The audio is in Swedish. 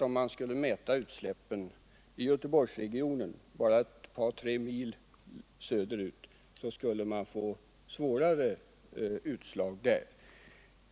Om man mäter utsläppen i Göteborgsregionen bara fyra fem mil söderut, tror jag man skulle få värre mätutslag där.